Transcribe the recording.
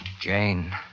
Jane